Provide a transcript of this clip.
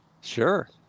Sure